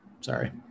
Sorry